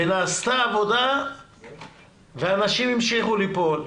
ונעשתה עבודה ואנשים המשיכו ליפול.